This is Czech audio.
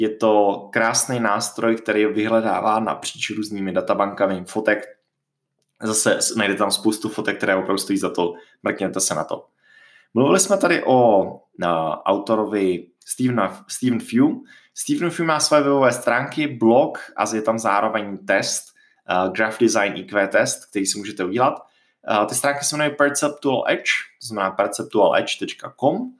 Je to krásný nástroj, který vyhledává napříč různými databankami fotek. Zase s- najde tam spoustu fotek, které opravdu stojí za to. Mrkněte se na to. Mluvili jsme tady o, uh, autorovi Steven- Steven Few. Steven Few má své webové stránky, blog a je tam zároveň test, uh, Graph Design IQ test, který si můžete udělat. Uh, ty stránky se jmenují perceptualedge, to znamená perceptualedge.com.